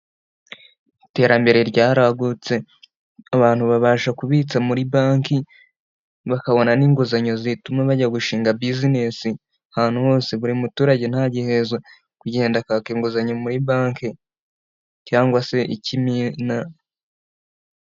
Iterambere ryaragutse. Abantu babasha kubitsa muri banki bakabona n'inguzanyo zituma bajya gushinga buzinesi. Ahantu hose buri muturage ntagihezwa kugenda akaka inguzanyo muri banki cyangwa se ikimina.